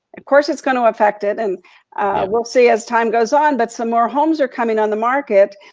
of course, it's going to affect it, and we'll see as time goes on. but summer homes are coming on the market,